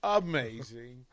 amazing